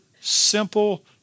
simple